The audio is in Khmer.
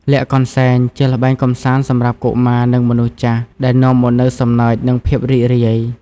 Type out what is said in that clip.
លាក់កន្សែង ជាល្បែងកម្សាន្តសម្រាប់កុមារ និងមនុស្សចាស់ ដែលនាំមកនូវសំណើច និងភាពរីករាយ។